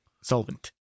solvent